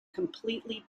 completely